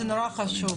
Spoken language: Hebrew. זה נורא חשוב.